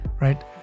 right